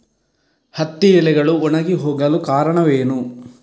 ಹತ್ತಿ ಎಲೆಗಳು ಒಣಗಿ ಹೋಗಲು ಕಾರಣವೇನು?